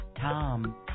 Tom